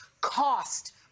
cost